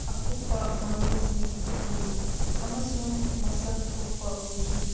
ꯑꯀꯨꯞꯄ ꯃꯔꯣꯟꯁꯤꯡ ꯎꯠꯂꯤ ꯑꯃꯁꯨꯡ ꯃꯁꯛ ꯊꯣꯛꯄ ꯑꯣꯏꯈꯤ